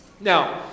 Now